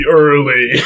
early